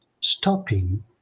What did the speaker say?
stopping